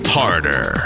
harder